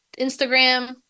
Instagram